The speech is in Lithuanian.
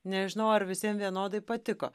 nežinau ar visiems vienodai patiko